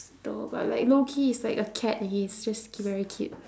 though but like loki is like a cat he's just c~ very cute